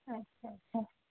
اچھا اچھا